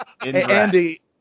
Andy